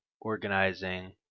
organizing